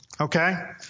Okay